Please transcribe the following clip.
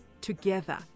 together